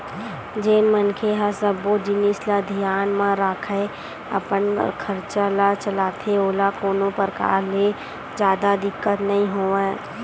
जेन मनखे ह सब्बो जिनिस ल धियान म राखके अपन खरचा ल चलाथे ओला कोनो परकार ले जादा दिक्कत नइ होवय